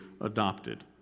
adopted